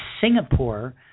Singapore